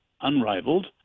unrivaled